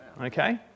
Okay